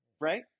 Right